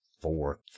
fourth